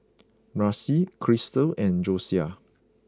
Marcy Krystle and Josiah